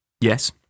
yes